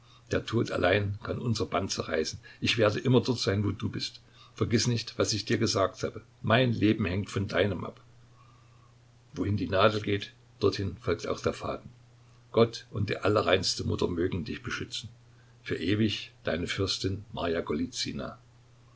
der tod allein kann unser band zerreißen ich werde immer dort sein wo du bist vergiß nicht was ich dir gesagt habe mein leben hängt von dem deinen ab wohin die nadel geht dorthin folgt auch der faden gott und die allerreinste mutter mögen dich beschützen für ewig deine fürstin